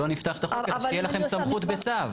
שלא נפתח את החוק אלא שתהיה לכם סמכות בצו.